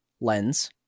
lens